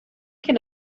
can